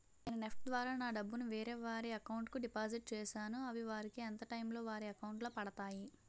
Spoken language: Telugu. నేను నెఫ్ట్ ద్వారా నా డబ్బు ను వేరే వారి అకౌంట్ కు డిపాజిట్ చేశాను అవి వారికి ఎంత టైం లొ వారి అకౌంట్ లొ పడతాయి?